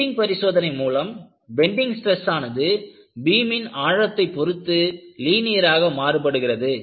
bending பரிசோதனை மூலம் bending stress ஆனது பீமின் ஆழத்தைப் பொருத்து லீனியராக மாறுபடுகிறது